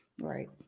Right